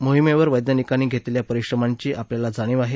मोहिमेवर वैज्ञानिकांनी घेतलेल्या परिश्रमांची आपल्याला जाणीव आहे